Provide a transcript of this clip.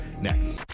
next